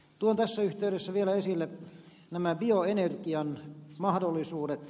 tuon tässä yhteydessä vielä esille bioenergian mahdollisuudet